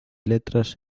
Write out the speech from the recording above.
letras